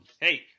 Hey